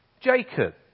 Jacob